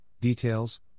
Details